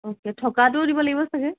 okay থকাটোও দিব লাগিব চাগে